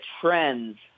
trends